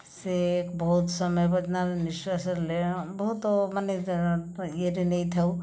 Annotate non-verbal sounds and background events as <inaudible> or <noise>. ସେ ବହୁତ ସମୟ ପର୍ଯ୍ୟନ୍ତ ନିଶ୍ୱାସ <unintelligible> ବହୁତ ମାନେ ଇଏ ରେ ନେଇଥାଉ